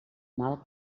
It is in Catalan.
mal